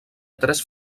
tres